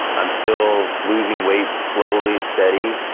i'm still losing weight slowly and steady,